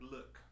Look